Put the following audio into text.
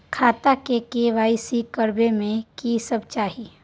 खाता के के.वाई.सी करबै में की सब चाही?